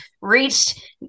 reached